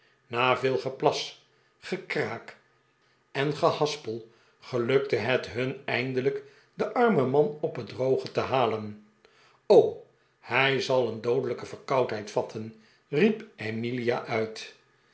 na veel geplas gekraak en gehaspel gelukte het hun eindelijk den armen man op het droge te halen hij zal een doodelijke verkoudheid vatten riep emilia uit